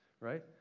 right